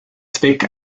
zweck